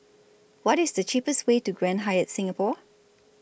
What IS The cheapest Way to Grand Hyatt Singapore